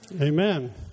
amen